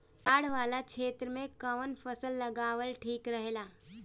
बाढ़ वाला क्षेत्र में कउन फसल लगावल ठिक रहेला?